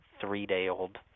three-day-old